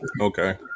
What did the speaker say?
okay